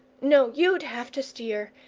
no, you'd have to steer,